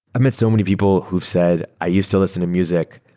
met so many people who've said, i used to listen to music,